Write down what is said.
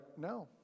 no